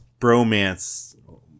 bromance